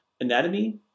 Anatomy